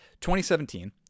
2017